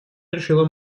решила